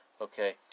Okay